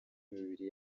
imibiri